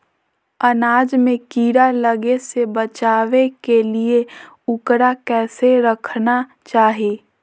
अनाज में कीड़ा लगे से बचावे के लिए, उकरा कैसे रखना चाही?